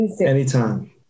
Anytime